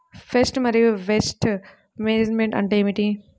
Pest మరియు pest management అంటే ఏమిటి?